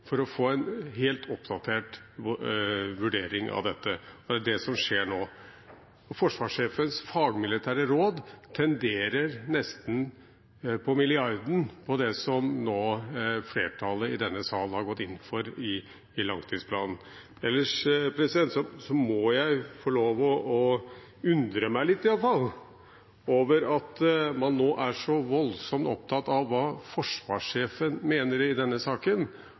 for å få en helt oppdatert vurdering av dette. Det er det som skjer nå. Forsvarssjefens fagmilitære råd tenderer nesten på milliarden det som nå flertallet i denne salen har gått inn for i langtidsplanen. Ellers må jeg få lov til å undre meg, iallfall litt, over at man nå er så voldsomt opptatt av hva forsvarssjefen mener i denne saken,